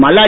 Malladi